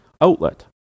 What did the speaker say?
outlet